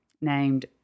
named